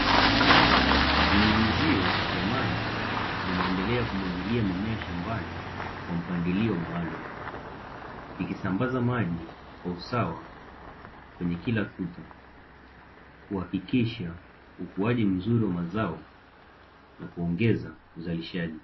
Vinyunyizio vya maji vinaendelea kumwagilia mimea shambani kwa mpangilio maalumu ikisambaza maji kwa usawa kwenye kila tuta, kuhakikisha ukuaji mzuri wa mazao na kuongeza uzalishaji.